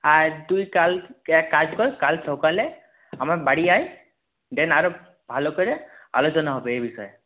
আর তুই কাল এক কাজ কর কাল সকালে আমার বাড়ি আয় দেন আরও ভালো করে আলোচনা হবে এই বিষয়ে